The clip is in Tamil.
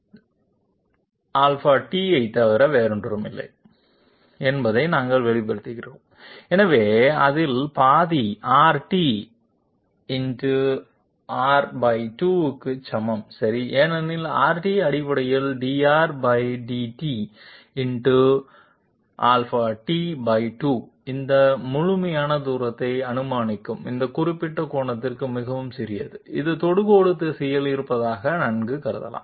∆t ஐத் தவிர வேறொன்றுமில்லை என்பதை நாங்கள் வெளிப்படுத்துகிறோம் எனவே அதில் பாதி Rt× × t2 க்கு சமம் சரி ஏனெனில் Rt அடிப்படையில் drdt ×∆t2 இந்த முழுமையான தூரத்தை அனுமானிக்கும் இந்த குறிப்பிட்ட கோணம் மிகவும் சிறியது இது தொடுகோடு திசையில் இருப்பதாக நன்கு கருதலாம்